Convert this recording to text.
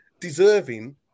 deserving